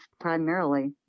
primarily